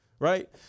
Right